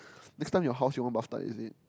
next time your house you want bath tub is it